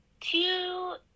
two